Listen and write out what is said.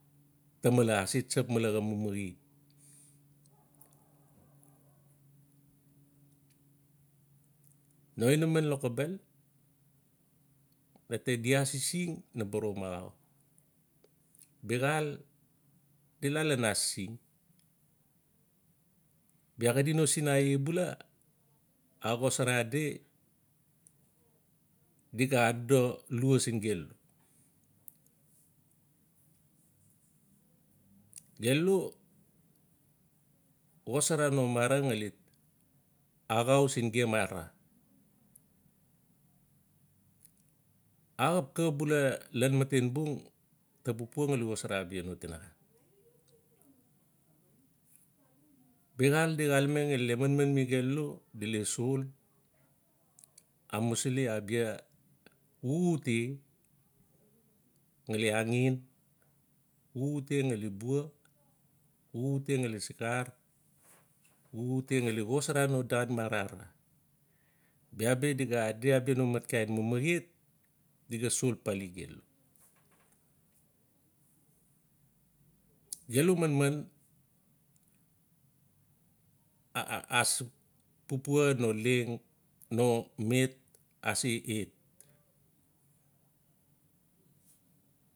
Tamale ase tsap male xa mamahet no inaman lokobel na te di asising naba rom axau. Biaxaal di la ian asising. bia xadi no sinae bula a xosara di di ga adodo lua siin gelu. Gelu xosaranomara ngali axau siin gem arara. Axap xa bula ian matenbung ta pupuan ngali xosara abia no tinaxa. biaxaal di xalame ngali le manmanmi gelu, di le sol. amusili abia xuxute ngali angen. xuxute ngali bua, xuxute ngali sikar, xuxute ngali xosara no daan mara arara. Bia bi di ga adi abia no matkain mamahet di ga sol papali delu. gelu manman asuk papua no leng. no met ase et.